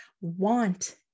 want